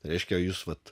reiškia jūs vat